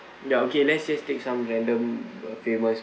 ya okay let's just take some random uh famous